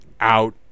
out